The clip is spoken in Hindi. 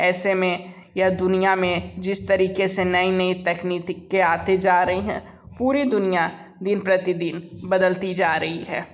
ऐसे में यह दुनिया में जिस तरीके से नई नई तकनीती के आती जा रही हैं पूरी दुनिया दिन प्रतिदिन बदलती जा रही है